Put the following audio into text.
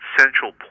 central